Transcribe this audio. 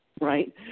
right